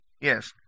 Yes